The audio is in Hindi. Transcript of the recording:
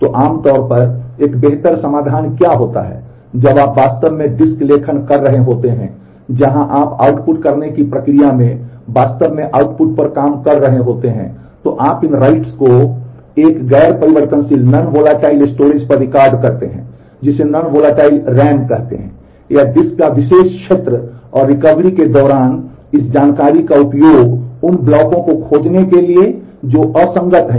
तो आमतौर पर एक बेहतर समाधान क्या होता है जब आप वास्तव में डिस्क लेखन कर रहे होते हैं जहां आप आउटपुट करने की प्रक्रिया में वास्तव में आउटपुट पर काम कर रहे होते हैं तो आप इन राइट्स को एक गैर परिवर्तनशील हैं और केवल उन प्रतियों की तुलना करते हैं